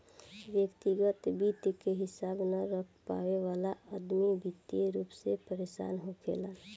व्यग्तिगत वित्त के हिसाब न रख पावे वाला अदमी वित्तीय रूप से परेसान होखेलेन